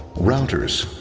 routers,